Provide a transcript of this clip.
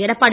Edappadi